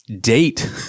date